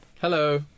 Hello